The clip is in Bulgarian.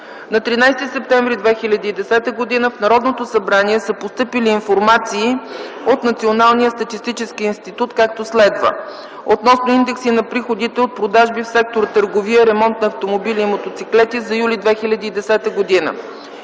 На 13 септември 2010 г. в Народното събрание са постъпили информации от Националния статистически институт, както следва: относно индекси на приходите от продажби в сектор „Търговия, ремонт на автомобили и мотоциклети” за м. юли 2010 г.;